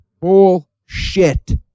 Bullshit